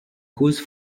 cause